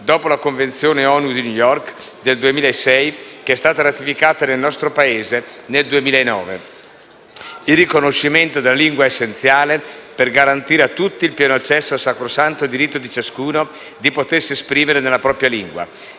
dopo la Convenzione ONU di New York del 2006, ratificata dal nostro Paese nel 2009. Il riconoscimento della lingua è essenziale per garantire a tutti il pieno accesso al sacrosanto diritto di ciascuno di potersi esprimere nella propria lingua.